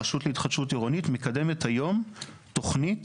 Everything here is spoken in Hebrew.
הרשות להתחדשות עירונית מקדמת היום תוכנית